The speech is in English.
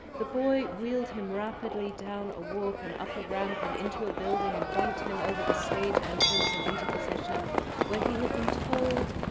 the boy wheeled rapidly down a walk and up a ramp and into a building and bumped him over the stage entrance and into position where he had been told.